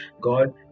God